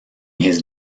his